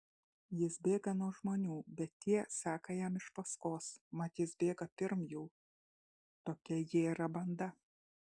jis bėga nuo žmonių bet tie seka jam iš paskos mat jis bėga pirm jų tokia jie yra banda